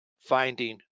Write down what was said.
finding